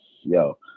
yo